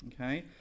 Okay